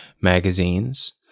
magazines